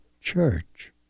church